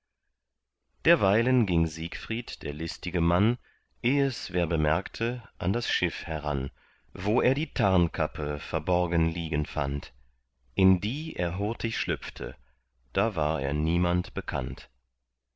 derweilen ging siegfried der listige mann eh es wer bemerkte an das schiff heran wo er die tarnkappe verborgen liegen fand in die er hurtig schlüpfte da war er niemand bekannt